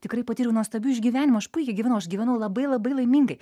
tikrai patyriau nuostabių išgyvenimų aš puikiai gyvenau aš gyvenau labai labai laimingai